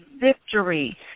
victory